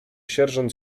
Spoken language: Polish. sierżant